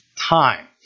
time